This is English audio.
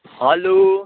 hello